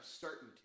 certainty